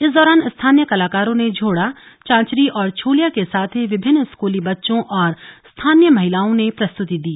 इस दौरान स्थानीय कलाकारों ने झोड़ा चांचरी और छोलिया के साथ ही विभिन्न स्कूली बच्चों और स्थानीय महिलाओं ने प्रस्तूति दी